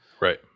Right